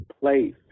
place